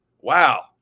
wow